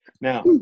Now